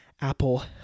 Apple